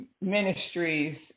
ministries